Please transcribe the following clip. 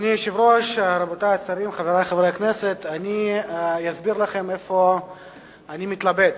אסביר לכם איפה אני מתלבט.